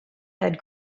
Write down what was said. that